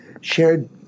shared